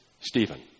Stephen